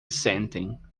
sentem